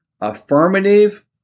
affirmative